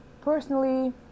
Personally